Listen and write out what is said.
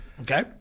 Okay